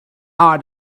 are